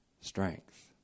strength